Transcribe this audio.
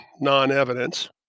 non-evidence